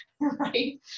right